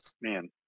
Man